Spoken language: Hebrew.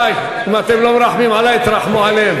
תודה.